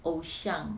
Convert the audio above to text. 偶像